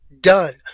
done